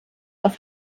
auf